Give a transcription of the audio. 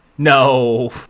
No